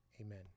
Amen